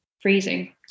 freezing